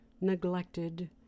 neglected